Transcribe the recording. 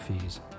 fees